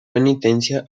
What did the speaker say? penitencia